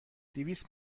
دویست